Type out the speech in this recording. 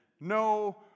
No